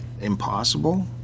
impossible